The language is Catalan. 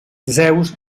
zeus